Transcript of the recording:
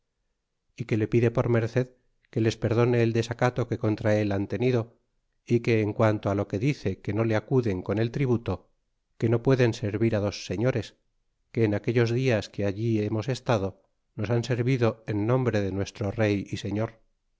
honra que le pide por merced que les perdone e desacato que contra él han tenido y que en quanto lo que dice que no le acuden con el tributo que no pueden servirá dos señores que en aquellos dias que allí hemos estado nos han servido en nombre de nuestro rey y señor